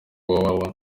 www